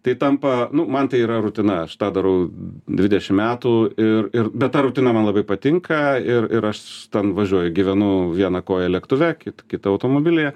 tai tampa nu man tai yra rutina aš tą darau dvidešim metų ir ir bet ta rutina man labai patinka ir ir aš ten važiuoju gyvenu viena koja lėktuve kit kita automobilyje